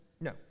No